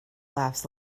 laughs